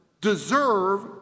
deserve